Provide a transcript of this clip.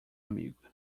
amigo